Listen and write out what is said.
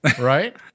Right